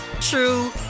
true